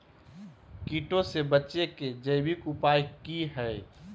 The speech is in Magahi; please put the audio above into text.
कीटों से बचे के जैविक उपाय की हैय?